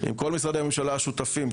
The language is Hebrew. אם כל משרדי הממשלה השותפים,